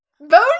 Bone